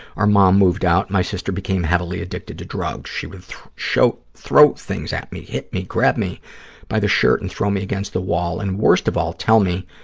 our mom moved out. my sister became heavily addicted to drugs. she would throw things at me, hit me, grab me by the shirt and throw me against the wall and, worst of all, tell me,